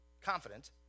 confident